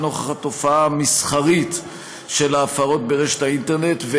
לנוכח התופעה המסחרית של הפרת זכות יוצרים באינטרנט,